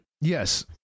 Yes